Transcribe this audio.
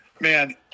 man